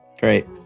Great